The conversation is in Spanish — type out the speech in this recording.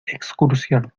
excursión